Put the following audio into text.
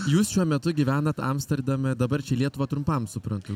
jūs šiuo metu gyvenat amsterdame dabar čia į lietuvą trumpam suprantu